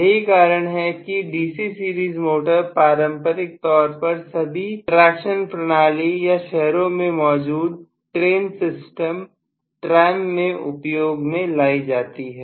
यही कारण है कि डीसी सीरीज मोटर पारंपरिक तौर पर सभी आरक्षण प्रणाली या शहरों में मौजूद ट्रेन सिस्टम ट्रेम में उपयोग में लाई जाती है